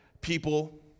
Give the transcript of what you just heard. people